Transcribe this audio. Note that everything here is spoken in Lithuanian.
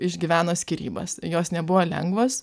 išgyveno skyrybas jos nebuvo lengvos